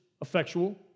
effectual